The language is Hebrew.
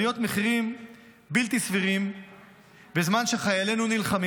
מחירים בלתי סבירות בזמן שחיילינו נלחמים,